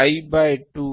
l by 2